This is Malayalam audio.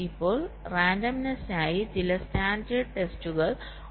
ഇപ്പോൾ റാൻഡമ്നെസ്സിനായി ചില സ്റ്റാൻഡേർഡ് ടെസ്റ്റുകൾ ഉണ്ട്